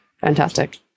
Fantastic